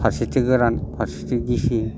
फारसेथि गोरान फारसेथिं गिसि